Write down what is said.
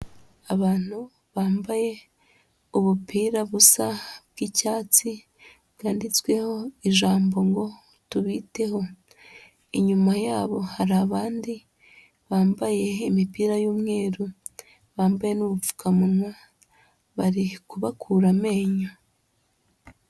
Abantu bambaye ubupira busa bw'icyatsi, bwanditsweho ijambo ngo tubiteho, inyuma yabo hari abandi bambaye imipira y'umweru, bambaye n'ubupfukamunwa bari kubakura amenyo.